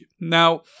Now